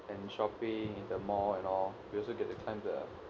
and shopping in the mall and all and we also get to climb the